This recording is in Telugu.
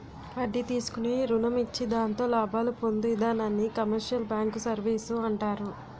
వడ్డీ తీసుకుని రుణం ఇచ్చి దాంతో లాభాలు పొందు ఇధానాన్ని కమర్షియల్ బ్యాంకు సర్వీసు అంటారు